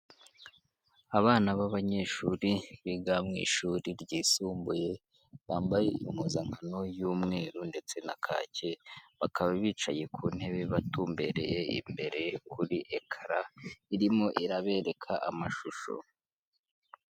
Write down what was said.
Abana b'abanyeshuri biga mu ishuri ryisumbuye, bambaye impuzankano y'umweru ndetse na kake, bakaba bicaye ku ntebe batumbereye imbere kuri ekara irimo irabereka amashusho.